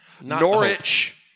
Norwich